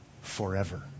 forever